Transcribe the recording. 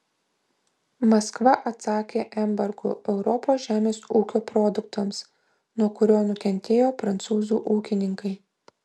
maskva atsakė embargu europos žemės ūkio produktams nuo kurio nukentėjo prancūzų ūkininkai